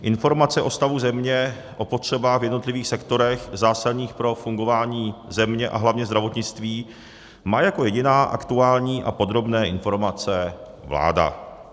Informace o stavu země, o potřebách v jednotlivých sektorech zásadních pro fungování země a hlavně zdravotnictví má jako jediná, aktuální a podrobné informace, vláda.